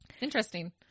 interesting